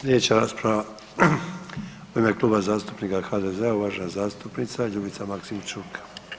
Slijedeća rasprava u ime Kluba zastupnika HDZ-a, uvažena zastupnica Ljubica Maksimčuk.